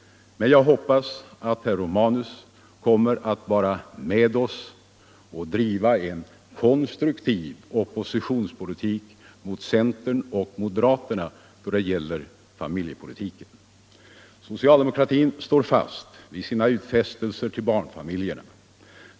Men jag hoppas att herr Romanus kommer att vara med oss och driva en konstruktiv oppositionspolitik mot centern och moderaterna då det gäller familjepolitiken. Socialdemokratin står fast vid sina utfästelser till barnfamiljerna.